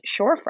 shorefront